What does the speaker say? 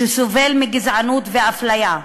שסובל מגזענות ואפליה,